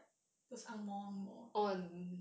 those ang moh ang moh